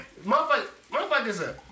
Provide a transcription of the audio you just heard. Motherfuckers